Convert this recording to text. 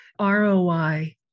ROI